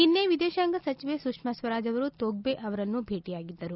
ನಿನ್ನೆ ವಿದೇಶಾಂಗ ಸಚಿವೆ ಸುಷ್ಕಾ ಸ್ವರಾಜ್ ಅವರು ತೊಗ್ಬೆ ಅವರನ್ನು ಭೇಟಿಯಾಗಿದ್ದರು